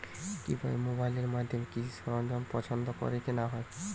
কিভাবে মোবাইলের মাধ্যমে কৃষি সরঞ্জাম পছন্দ করে কেনা হয়?